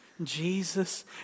Jesus